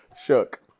Shook